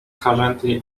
currently